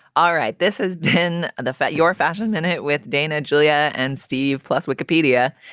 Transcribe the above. all right. this has been the fact your fashion and it with dana, julia and steve, plus wikipedia.